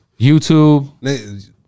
YouTube